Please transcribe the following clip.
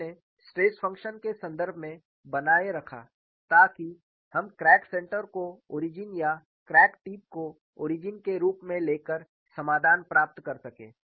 हमने stress function के संदर्भ में बनाए रखा ताकि हम क्रैक सेंटर को ओरिजिन या क्रैक टिप को ओरिजिन के रूप में लेकर समाधान प्राप्त कर सकें